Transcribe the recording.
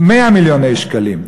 100 מיליון שקלים,